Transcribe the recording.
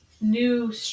new